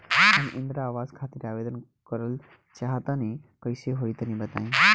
हम इंद्रा आवास खातिर आवेदन करल चाह तनि कइसे होई तनि बताई?